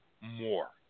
more